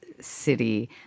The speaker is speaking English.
city